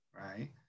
right